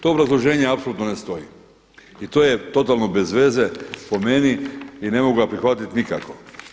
To obrazloženje apsolutno ne stoji i to je totalno bez veze po meni i ne mogu ga prihvatiti nikako.